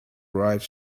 arrive